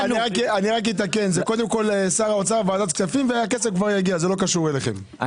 אימאן ח'טיב יאסין (רע"מ,